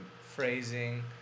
phrasing